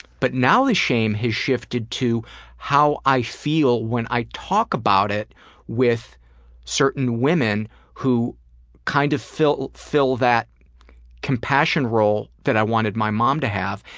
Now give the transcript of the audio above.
but now the shame has shifted to how i feel when i talk about it with certain women who kind of fill fill that compassion role that i wanted my mom to have.